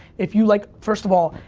if you like, first of all,